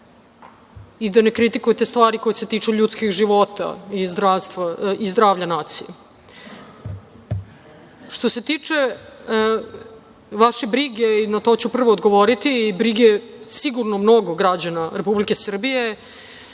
i da ne kritikujete stvari koje se tiču ljudskih života i zdravlja nacije. Što se tiče vaše brige, i na to ću prvo odgovoriti, i brige sigurno mnogo građana Republike Srbije